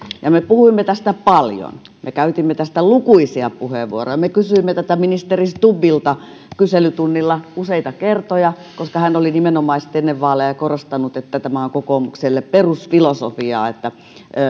ja me puhuimme tästä paljon me käytimme tästä lukuisia puheenvuoroja me kysyimme tätä ministeri stubbilta kyselytunnilla useita kertoja koska hän oli nimenomaisesti ennen vaaleja korostanut että tämä on kokoomukselle perusfilosofiaa että